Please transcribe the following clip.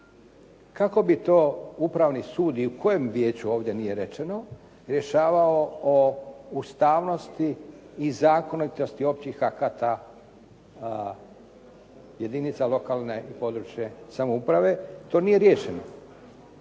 kako bi to upravni sud i u kojem vijeću ovdje nije rečeno, rješavao u ustavnosti i zakonitosti općih akata jedinica lokalne i područne samouprave, to nije riješeno.